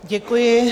Děkuji.